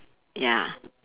ya